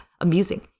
amusing